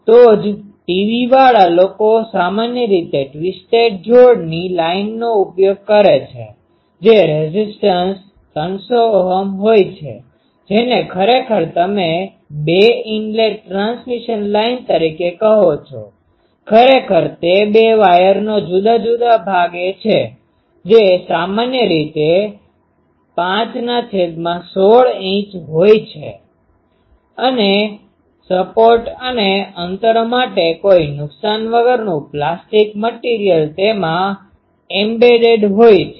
તો જ ટીવી વાળા લોકો સામાન્ય રીતે ટ્વિસ્ટેડ જોડની લાઇનનો ઉપયોગ કરે છે જે રેઝીસ્ટન્સ 300 Ω હોય છે જેને ખરેખર તમે બે ઇનલેટ ટ્રાન્સમિશન લાઇન તરીકે કહો છો ખરેખર તે બે વાયરનો જુદા જુદા ભાગ છે જે સામાન્ય રીતે 516 ઇંચ હોય છે અને સપોર્ટ અને અંતર માટે કોઈ નુકસાન વગરનું પ્લાસ્ટિક મટીરિઅલ તેમાં એમ્બેડેડ embeddedજડિત હોય છે